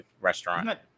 Restaurant